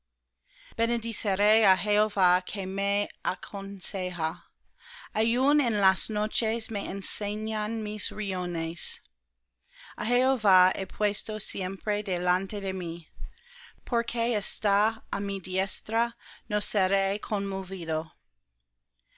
que me aconseja aun en las noches me enseñan mis riñones a jehová he puesto siempre delante de mí porque está á mi diestra no seré conmovido